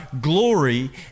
glory